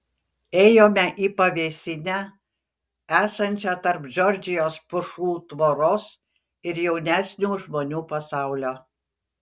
ėjome į pavėsinę esančią tarp džordžijos pušų tvoros ir jaunesnių žmonių pasaulio